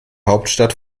hauptstadt